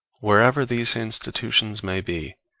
wherever these institutions may be,